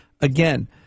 Again